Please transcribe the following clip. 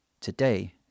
Today